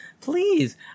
Please